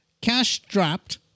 cash-strapped